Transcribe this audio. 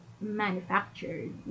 manufactured